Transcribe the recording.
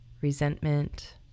resentment